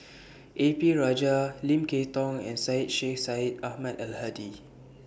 A P Rajah Lim Kay Tong and Syed Sheikh Syed Ahmad Al Hadi